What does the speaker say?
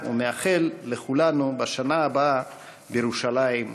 ומאחל לכולנו: בשנה הבאה בירושלים הבנויה.